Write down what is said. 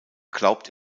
glaubt